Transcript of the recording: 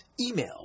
Email